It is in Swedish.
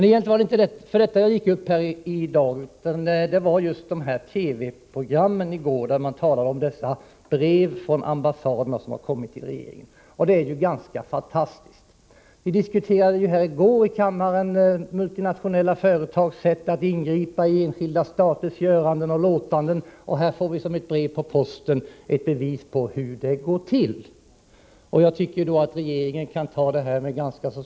Jag vill också kommentera TV-programmet i går där det talades om brev från ambassaderna till regeringen. Detta är ganska fantastiskt! Vi diskuterade i kammaren i går multinationella företags sätt att ingripa i enskilda staters göranden och låtanden, och här får vi som ett brev på posten ett bevis på hur det går till. Jag tycker att regeringen kan ta detta med stor ro.